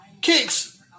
Kicks